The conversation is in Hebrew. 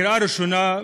בקריאה ראשונה.